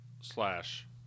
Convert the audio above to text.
slash